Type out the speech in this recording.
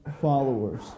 followers